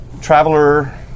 traveler